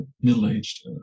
middle-aged